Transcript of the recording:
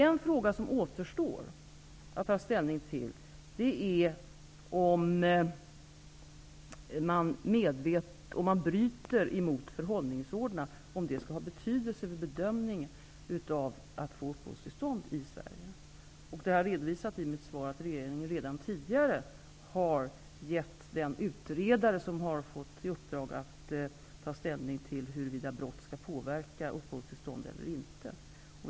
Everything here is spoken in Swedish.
En fråga som återstår att ta ställning till är om det vid bedömningen av om en person skall få uppehållstillstånd i Sverige skall ha betydelse om han eller hon har brutit mot förhållningsreglerna. Jag har i mitt svar redovisat att regeringen redan tidigare har gett en utredare i uppdrag att ta ställning till huruvida brott skall påverka möjligheten att få uppehållstillstånd.